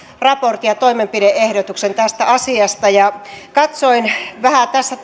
raportin ja toimenpide ehdotuksen tästä asiasta katsoin vähän tässä